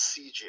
CJ